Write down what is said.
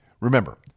Remember